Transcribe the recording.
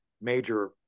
major